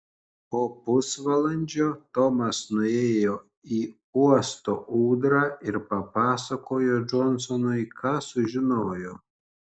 po pusvalandžio tomas nuėjo į uosto ūdrą ir papasakojo džonsonui ką sužinojo